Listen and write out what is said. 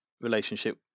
relationship